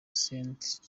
saint